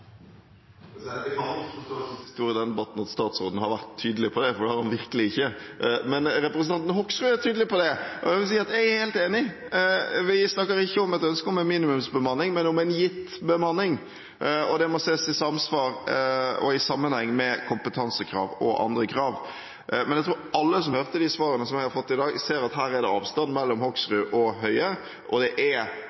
i debatten at statsråden har vært tydelig på dette, for det har han virkelig ikke vært. Men representanten Hoksrud er tydelig på det, og jeg er helt enig. Vi snakker ikke om et ønske om en minimumsbemanning, men om en gitt bemanning som må ses i samsvar og i sammenheng med kompetansekrav og andre krav. Jeg tror at alle som hørte svarene vi har fått i dag, ser at her er det avstand mellom Hoksrud og Høie. Det er